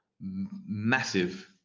massive